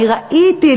אני ראיתי,